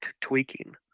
tweaking